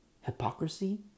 Hypocrisy